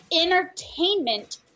entertainment